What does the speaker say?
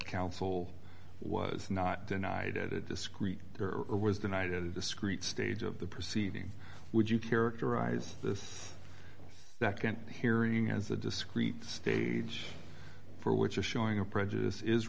counsel was not denied at a discrete was denied a discrete stage of the proceedings would you characterize this second hearing as a discrete stage for which a showing of prejudice is